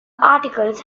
articles